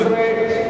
13),